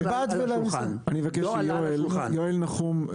יואל נחום,